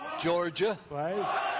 Georgia